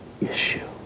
issue